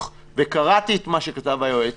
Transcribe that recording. קראתי את מה שכתב היועץ.